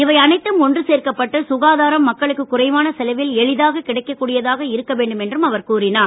இவை அனைத்தும் ஒன்று சேர்க்கப்பட்டு சுகாதாரம் மக்களுக்கு குறைவான செலவில் எளிதாக கிடைக்க்கூடியதாக இருக்க வேண்டும் என்று கூறினார்